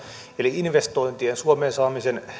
eli investointien suomeen saamisen